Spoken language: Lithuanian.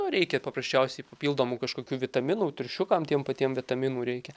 nu reikia paprasčiausiai papildomų kažkokių vitaminų triušiukam tiem patiem vitaminų reikia